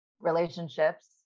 relationships